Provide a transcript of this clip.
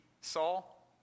Saul